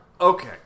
Okay